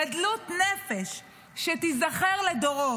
גדלות נפש שתיזכר לדורות.